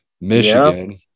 Michigan